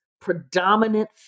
predominant